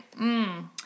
Mmm